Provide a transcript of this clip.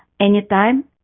anytime